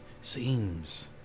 Seems